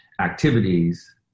activities